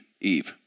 Eve